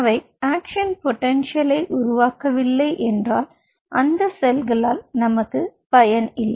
அவை ஆக்ஷன் பொடென்ஷியலை உருவாக்கவில்லை என்றால் அந்த செல்களால் நமக்கு பயன் இல்லை